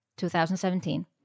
2017